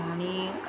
आणि